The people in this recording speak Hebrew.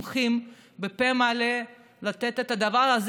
והם תומכים בפה מלא בלתת את הדבר הזה,